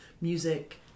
music